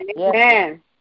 Amen